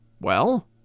Well